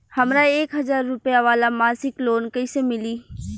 हमरा एक हज़ार रुपया वाला मासिक लोन कईसे मिली?